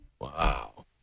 Wow